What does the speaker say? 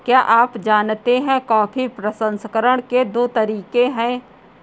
क्या आप जानते है कॉफी प्रसंस्करण के दो तरीके है?